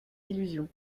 illusions